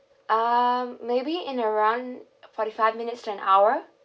um maybe in around forty five minutes to an hour